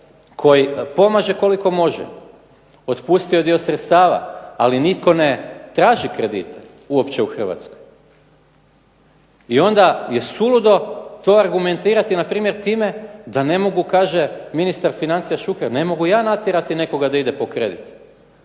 koji pomaže koliko može. Otpustio je dio sredstava, ali nitko ne traži kredite uopće u Hrvatskoj i onda je suludo to argumentirati npr. time da ne mogu, kaže ministar financija Šuker, ne mogu ja natjerati nekoga da ide po kredit.